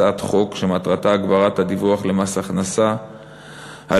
הצעת חוק שמטרתה הגברת הדיווח למס הכנסה על